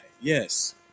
yes